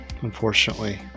unfortunately